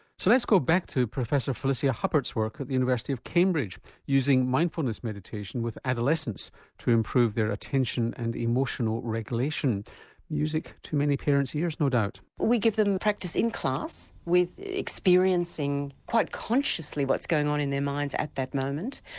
so let's go back to professor felicia huppert's work at the university of cambridge using mindfulness meditation with adolescents to improve their attention and emotional regulation music to many parents' ears no doubt. we give them practice in class with experiencing quite consciously what's going on in their minds at that moment,